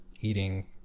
eating